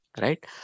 Right